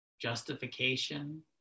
justification